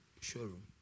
showroom